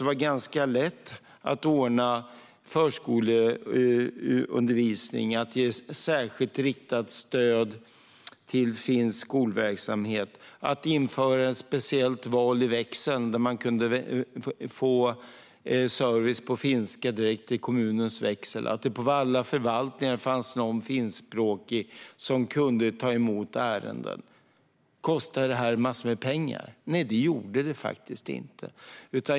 Det var ganska lätt att ordna förskoleundervisning, att ge särskilt riktat stöd till finsk skolverksamhet och att införa ett speciellt val i kommunens växel, där man direkt kunde få service på finska. På alla förvaltningar fanns någon finskspråkig som kunde ta emot ärenden. Kostade detta massor av pengar? Nej, det gjorde det faktiskt inte.